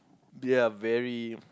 they're very